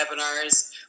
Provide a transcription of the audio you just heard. webinars